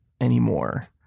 anymore